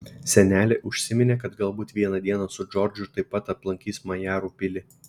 senelė užsiminė kad galbūt vieną dieną su džordžu taip pat aplankys majarų pilį